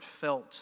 felt